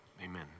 Amen